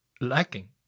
lacking